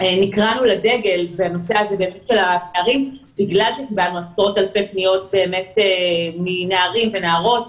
נקראנו לדגל בנושא הפערים בגלל שקיבלנו עשרות אלפי פניות מנערים ונערות,